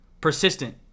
Persistent